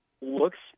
looks